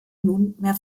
nunmehr